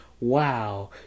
wow